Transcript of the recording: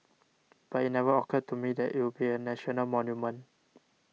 but it never occurred to me that it would be a national monument